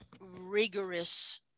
rigorous